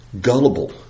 gullible